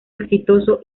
exitoso